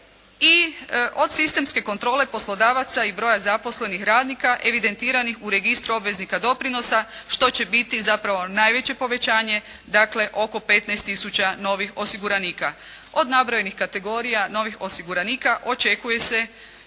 I od sistemske kontrole poslodavaca i broja zaposlenih radnika evidentiranih u registru obveznika doprinosa što će biti zapravo najveće povećanje dakle oko 15 tisuća novih osiguranika. Od nabrojenih kategorija novih osiguranika očekuje se